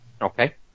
Okay